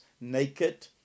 Naked